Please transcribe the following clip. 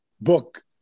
book